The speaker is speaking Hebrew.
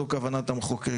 זו כוונת המחוקק.